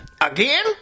Again